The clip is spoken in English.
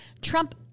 Trump